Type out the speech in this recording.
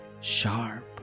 sharp